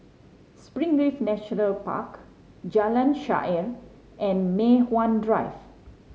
Springleaf Nature Park Jalan Shaer and Mei Hwan Drive